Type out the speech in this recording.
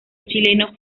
chileno